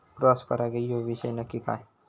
Cross परागी ह्यो विषय नक्की काय?